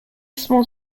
small